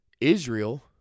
Israel